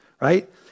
right